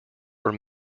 were